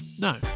No